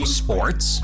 sports